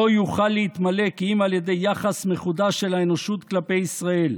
לא יוכל להתמלא כי אם על ידי יחס מחודש של האנושות כלפי ישראל.